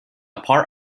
part